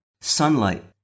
Sunlight